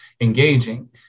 engaging